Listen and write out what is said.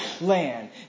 land